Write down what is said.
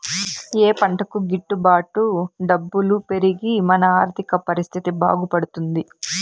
ఏ పంటకు గిట్టు బాటు డబ్బులు పెరిగి మన ఆర్థిక పరిస్థితి బాగుపడుతుంది?